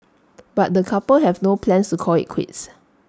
but the couple have no plans to call IT quits